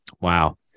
Wow